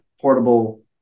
portable